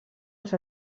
els